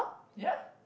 ya